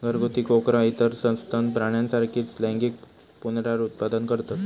घरगुती कोकरा इतर सस्तन प्राण्यांसारखीच लैंगिक पुनरुत्पादन करतत